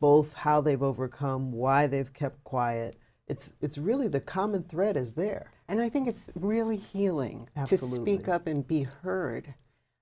both how they've overcome why they've kept quiet it's really the common thread is there and i think it's really healing up and be heard